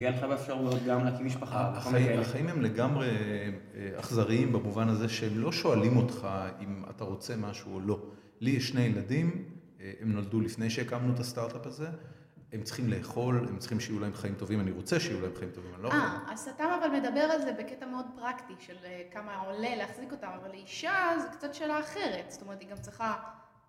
החיים הם לגמרי אכזריים במובן הזה שהם לא שואלים אותך אם אתה רוצה משהו או לא. לי יש שני ילדים, הם נולדו לפני שהקמנו את הסטארט-אפ הזה, הם צריכים לאכול, הם צריכים שיהיו להם חיים טובים, אני רוצה שיהיו להם חיים טובים. אה, אז אתה מדבר על זה בקטע מאוד פרקטי של כמה עולה להחזיק אותם, אבל לאישה זה קצת שאלה אחרת, זאת אומרת היא גם צריכה...